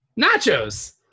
Nachos